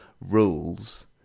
rules